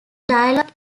dialog